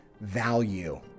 value